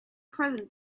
present